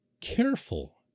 careful